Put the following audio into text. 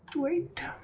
wait